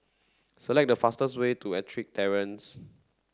select the fastest way to Ettrick Terrace